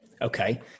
Okay